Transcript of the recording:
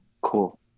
cool